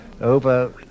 over